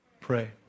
Pray